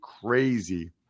crazy